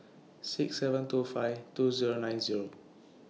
six seven two five two Zero nine Zero